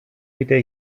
widder